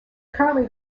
currently